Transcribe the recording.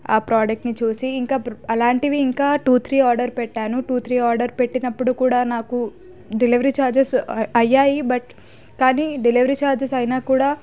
ఆ ప్రోడక్ట్ని చూసి ఇంకా అలాంటివి ఇంకా టూ త్రీ ఆర్డర్ పెట్టాను టూ త్రీ ఆర్డర్ పెట్టినప్పుడు కూడా నాకు డెలివరీ ఛార్జెస్ అయ్యాయి బట్ డెలివరీ ఛార్జెస్ అయినా కూడా